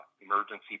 Emergency